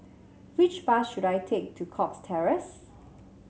which bus should I take to Cox Terrace